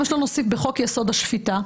בחוק-יסוד: השפיטה,